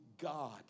God